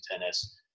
tennis